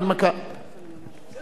אם